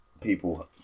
people